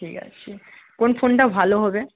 ঠিক আছে কোন ফোনটা ভালো হবে